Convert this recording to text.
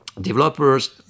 developers